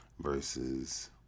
versus